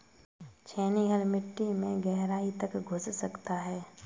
छेनी हल मिट्टी में गहराई तक घुस सकता है